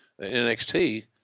NXT